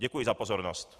Děkuji za pozornost.